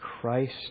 Christ